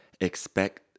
expect